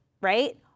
right